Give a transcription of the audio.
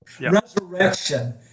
resurrection